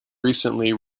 recently